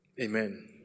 Amen